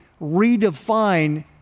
redefine